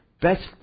Best